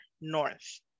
north